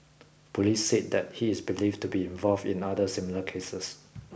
police said that he is believed to be involved in other similar cases